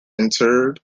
interred